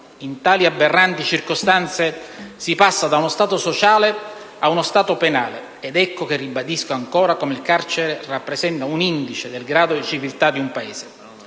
In tali aberranti circostanze si passa da uno Stato sociale a uno Stato penale, ed ecco che ribadisco ancora come il carcere rappresenta un indice del grado di civiltà di un Paese.